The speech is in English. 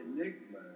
enigma